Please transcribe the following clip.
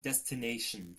destination